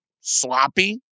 sloppy